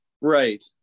Right